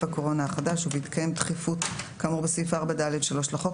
הקורונה החדש ובהתקיים דחיפות כאמור סעיף 4(ד)(3) לחוק,